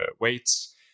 weights